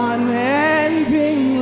Unending